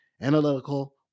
analytical